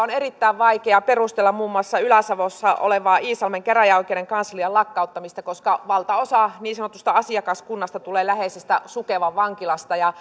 on erittäin vaikea perustella muun muassa ylä savossa olevan iisalmen käräjäoikeuden kanslian lakkauttamista koska valtaosa niin sanotusta asiakaskunnasta tulee läheisestä sukevan vankilasta